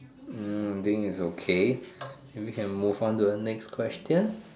hmm I think it's okay we can move on to the next question